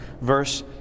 verse